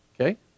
Okay